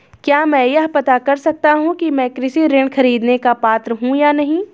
क्या मैं यह पता कर सकता हूँ कि मैं कृषि ऋण ख़रीदने का पात्र हूँ या नहीं?